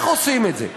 איך עושים את זה?